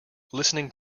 listening